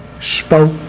spoke